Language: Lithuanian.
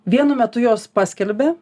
vienu metu juos paskelbia